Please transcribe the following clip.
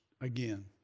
again